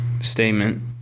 statement